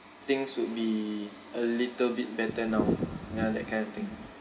things would be a little bit better now ya that kind of thing